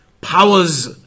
powers